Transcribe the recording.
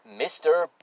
Mr